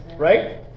right